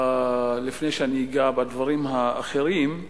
לפני שאני אגע בדברים האחרים.